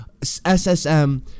SSM